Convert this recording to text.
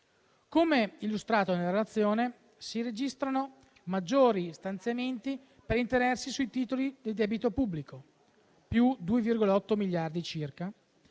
Come illustrato nella relazione, si registrano maggiori stanziamenti per interessi sui titoli del debito pubblico (+2,8 miliardi circa),